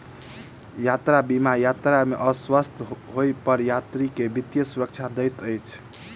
यात्रा बीमा यात्रा में अस्वस्थ होइ पर यात्री के वित्तीय सुरक्षा दैत अछि